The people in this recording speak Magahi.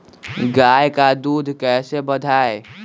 गाय का दूध कैसे बढ़ाये?